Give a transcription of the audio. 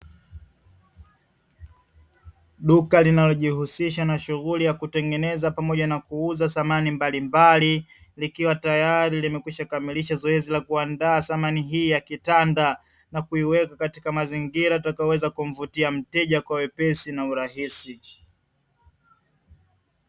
Duka linalojihusisha na shughuli ya kutengeneza pamoja na kuuza samani mbalimbali, likiwa tayari limekwisha kamilisha zoezi la kuandaa samani hii ya kitanda na kuiweka katika mazingira yatakayoweza kumvutia mteja kwa wepesi na urahisi.